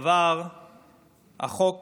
עבר החוק